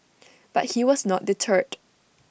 but he was not deterred